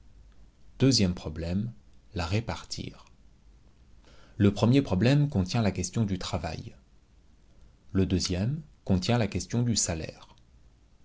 deuxième problème la répartir le premier problème contient la question du travail le deuxième contient la question du salaire